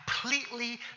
completely